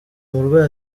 umurwayi